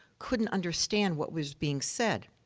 couldn't understand what was being said.